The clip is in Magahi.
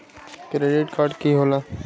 क्रेडिट कार्ड की होला?